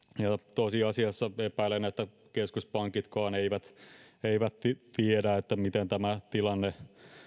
tosiasiassa epäilen että keskuspankitkaan eivät tiedä miten tämä tilanne